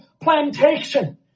plantation